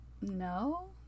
no